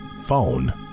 phone